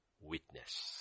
witness